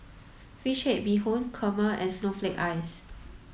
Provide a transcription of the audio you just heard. fish head bee hoon Kurma and snowflake ice